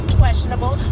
questionable